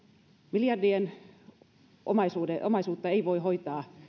miljardien omaisuutta ei voi hoitaa